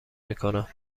میکنند